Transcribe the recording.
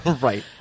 Right